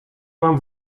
mam